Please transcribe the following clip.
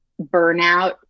burnout